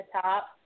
top